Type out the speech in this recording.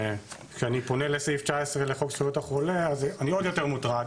כשאני פונה לסעיף 19 לחוק זכויות החולה אז אני עוד יותר מוטרד.